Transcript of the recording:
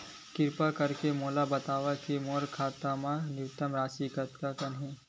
किरपा करके मोला बतावव कि मोर खाता मा न्यूनतम राशि कतना हे